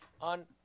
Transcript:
on